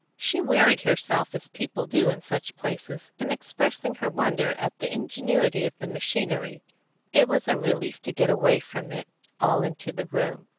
she wearied herself, as people do in such places, in expressing her wonder at the ingenuity of the machinery it was a relief to get away from it all into the room,